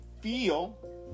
feel